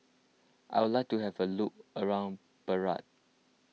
I would like to have a look around Beirut